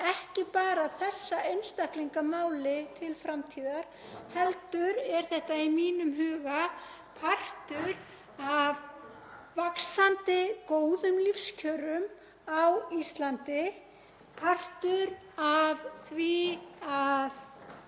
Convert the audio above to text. ekki bara þessa einstaklinga máli til framtíðar heldur er það í mínum huga partur af vaxandi góðum lífskjörum á Íslandi, partur af því að